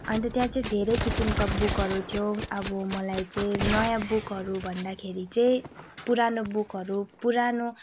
अन्त त्यहाँ चाहिँ धेरै किसिमका बुकहरू थियो अब मलाई चाहिँ नयाँ बुकहरू भन्दाखेरि चाहिँ पुरानो बुकहरू पुरानो